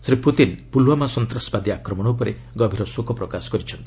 Shri Putin Pulwama ସନ୍ତାସବାଦୀ ଆକ୍ରମଣ ଉପରେ ଗଭୀର ଶୋକ ପ୍ରକାଶ କରିଛନ୍ତି